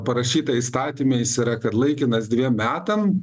parašyta įstatyme jis yra kad laikinas dviem metam